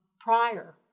prior